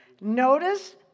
Notice